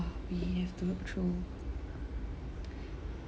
uh we have to look through